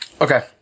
Okay